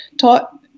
taught